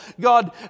God